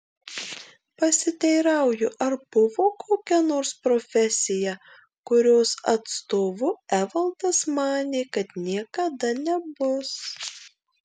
pasiteirauju ar buvo kokia nors profesija kurios atstovu evaldas manė kad niekada nebus